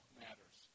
matters